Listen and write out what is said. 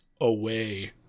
away